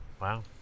Wow